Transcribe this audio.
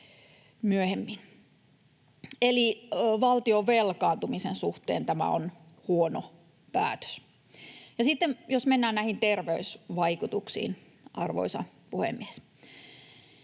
myöhemmin. Eli valtion velkaantumisen suhteen tämä on huono päätös. Sitten jos mennään näihin terveysvaikutuksiin, arvoisa puhemies.